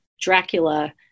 Dracula